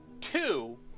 Two